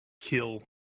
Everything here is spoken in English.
Kill